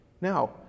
Now